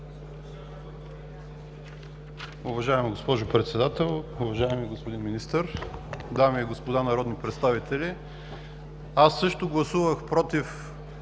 Уважаема госпожо Председател, уважаеми господин Министър, дами и господа народни представители! Аз също гласувах „против“